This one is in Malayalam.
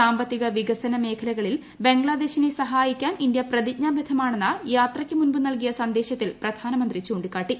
സാമ്പത്തിക വികസന മേഖലകളിൽ ബംഗ്ലാദേശിനെ സഹായിക്കാൻ ഇന്ത്യ പ്രതിജ്ഞാബദ്ധമാണെന്ന് യാത്രയ്ക്ക് മുമ്പ് നൽകിയ സന്ദേശത്തിൽ പ്രധാനമന്ത്രി ചൂണ്ടിക്കാട്ടി